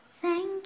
Thank